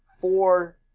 four